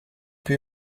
più